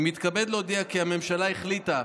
אני מתכבד להודיע כי הממשלה החליטה,